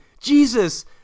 Jesus